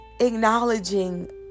acknowledging